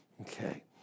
Okay